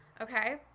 Okay